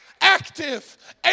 active